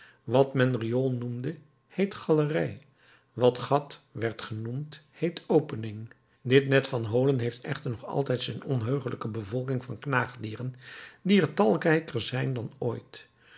wat men riool noemde heet galerij wat gat werd genoemd heet opening dit net van holen heeft echter nog altijd zijn onheugelijke bevolking van knaagdieren die er talrijker zijn dan ooit